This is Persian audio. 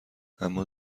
اما